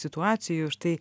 situacijų štai